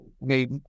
made